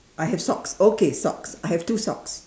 I have socks okay socks I have two socks